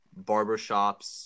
barbershops